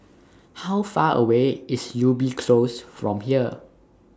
How Far away IS Ubi Close from here